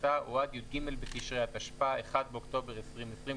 הטיסה או עד י"ג בתשרי התשפ"א (1 באוקטובר 2020),